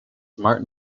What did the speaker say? martin